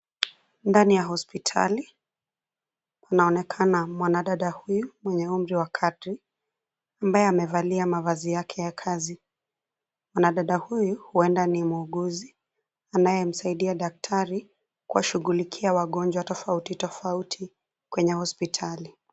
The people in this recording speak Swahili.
Ndani ya hospitali, panaonekana mwanadada huyu mwenye umri wa kadri, ambaye amevalia mavazi yake ya kazi. Mwanadada huyu huenda ni muuguzi, anayemsaidia daktari, kuwashughulikia wagonjwa tofauti tofauti, kwenye hospitali.